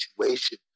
situation